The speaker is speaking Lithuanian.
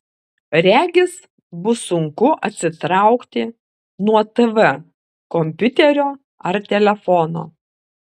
regis bus sunku atsitraukti nuo tv kompiuterio ar telefono